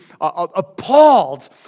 appalled